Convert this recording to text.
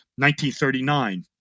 1939